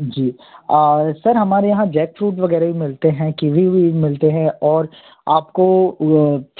जी sir हमारे यहाँ jackfruit वगैरह भी मिलते हैं किवी भी मिलते हैं और आपको